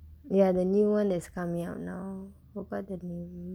ya the new [one] that's coming out now forgot the name